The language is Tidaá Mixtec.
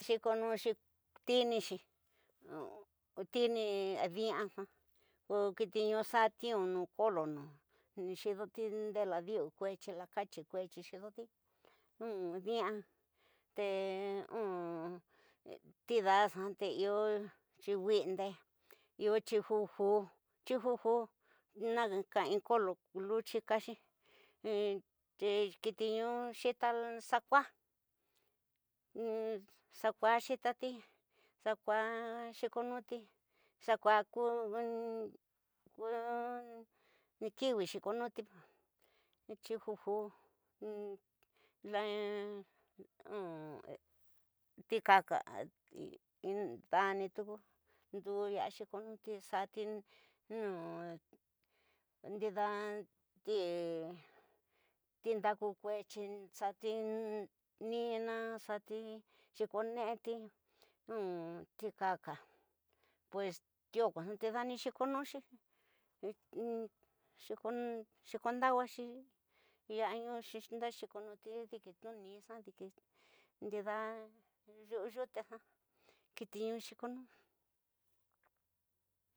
Xikonuxi tinixi, tini di'axa ku kitiñu xa tiünu, xidote nde lo di'u kuetyi, la katyi kuetyi xidoti di'ate tidaa xa te iyo tyiwisinde, iyo tyijoju, nakain kolo lotyi, kaxi kiti ñuxita xakua xakua xitati, xakua xikunuti, xakua in kiwi xikonuti tyinjoju tikaka dani tuku ndu ya'a xikonuti xati ndida tindaku kuetyi, xati nina, xati xi kone'eti. tikaka, pues tioko dani xikonuti diki tnunixa, diki ndida yu'u yute xa kiti ñu xi konú.